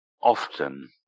often